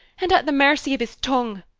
and at the mercy of his tongue.